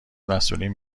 مسئولین